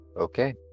Okay